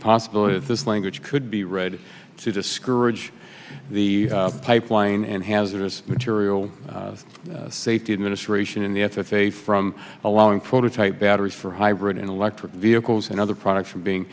possibility of this language could be read to discourage the pipeline and hazardous material safety administration in the f s a from allowing prototype batteries for hybrid electric vehicles and other products from being